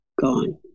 gone